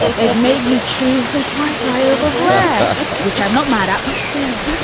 they've made me choose this one, which i'm not mad at, but still